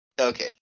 Okay